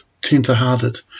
tender-hearted